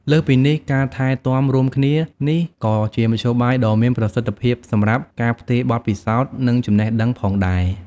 លើសពីនេះ ការថែទាំរួមគ្នានេះក៏ជាមធ្យោបាយដ៏មានប្រសិទ្ធភាពសម្រាប់ ការផ្ទេរបទពិសោធន៍ និងចំណេះដឹង ផងដែរ។